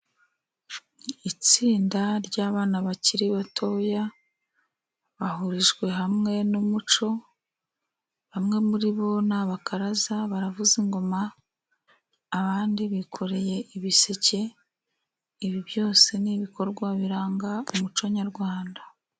Itsinda ry'abana bakiri batoya, bahurijwe hamwe n'umuco bamwe muri bo ni abakaraza baravuza ingoma, abandi bikoreye ibiseke, ibi byose ni ibikorwa biranga umuco nyarwanda.